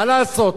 מה לעשות.